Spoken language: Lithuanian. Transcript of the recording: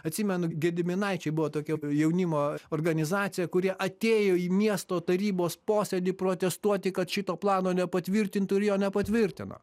atsimenu gediminaičiai buvo tokia jaunimo organizacija kuri atėjo į miesto tarybos posėdį protestuoti kad šito plano nepatvirtintų ir jo nepatvirtino